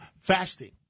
fasting